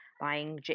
buying